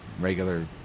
regular